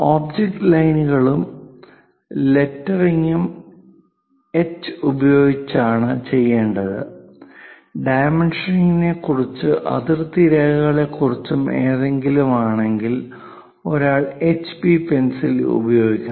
object ലൈനുകളും ലെറ്ററിംഗും H ഉപയോഗിച്ചാണ് ചെയ്യേണ്ടത് ഡൈമെൻഷനിംഗിനെക്കുറിച്ചും അതിർത്തി രേഖകളെക്കുറിച്ചും എന്തെങ്കിലും ആണെങ്കിൽ ഒരാൾ എച്ച്ബി പെൻസിൽ ഉപയോഗിക്കണം